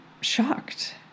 shocked